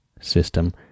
system